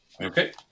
Okay